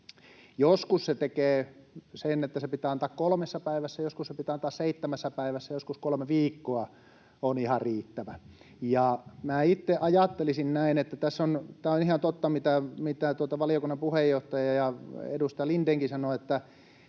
Joskus se tekee sen, että se pitää antaa kolmessa päivässä, joskus se pitää antaa seitsemässä päivässä, joskus kolme viikkoa on ihan riittävä. Itse ajattelisin näin, että tämä on ihan totta, mitä valiokunnan puheenjohtaja ja edustaja Lindénkin sanoivat,